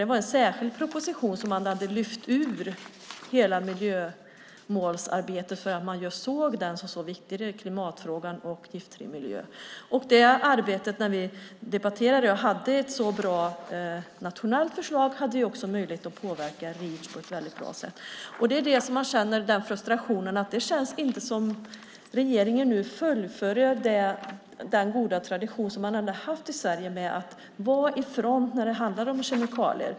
Det var en särskilt proposition där man hade lyft ut hela miljömålsarbetet eftersom man såg klimatfrågan och giftfri miljö som så viktiga. I det arbete som vi debatterade hade man ett så bra nationellt förslag och också möjlighet att påverka Reach på ett väldigt bra sätt. Man känner en frustration. Det känns inte som att regeringen nu fullföljer den goda tradition man haft i Sverige med att vara i fronten när det gäller kemikalier.